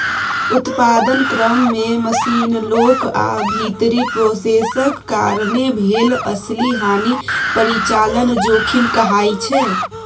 उत्पादन क्रम मे मशीन, लोक आ भीतरी प्रोसेसक कारणेँ भेल असली हानि परिचालन जोखिम कहाइ छै